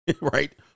Right